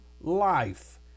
life